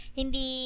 hindi